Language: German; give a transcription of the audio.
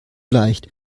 leicht